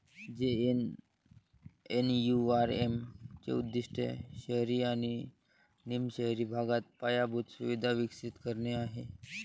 JNNURM चे उद्दीष्ट शहरी आणि निम शहरी भागात पायाभूत सुविधा विकसित करणे आहे